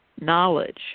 knowledge